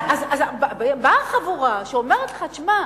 אז באה חבורה שאומרת לך: שמע,